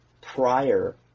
prior